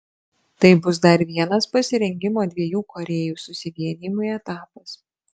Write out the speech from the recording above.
tai bus dar vienas pasirengimo dviejų korėjų susivienijimui etapas